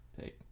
take